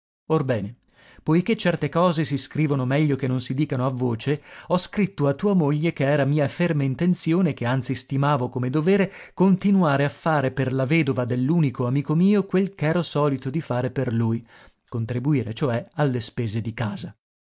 orbene poiché certe cose si scrivono meglio che non si dicano a voce ho scritto a tua moglie che era mia ferma intenzione e che anzi stimavo come dovere continuare a fare per la vedova dell'unico amico mio quel ch'ero solito di fare per lui contribuire cioè alle spese di casa